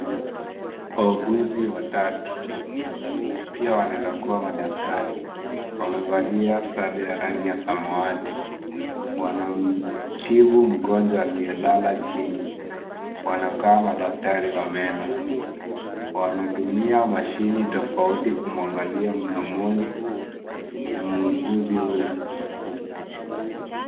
Wauguzi watatu. Pia wanaweza kuwa madaktari. Wamevalia sare ya rangi ya samawati. Wanamtibu mgonjwa aliyelala chini. Wanakaa madaktari wa meno. Wanatumia mashine tofauti kumwangalia mdomoni, muuguzi huyo.